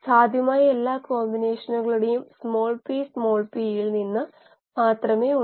സ്ഥിരമായി നിലനിർത്തേണ്ട വേരിയബിൾ നിങ്ങൾക്ക് കിട്ടുന്നു